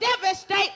devastate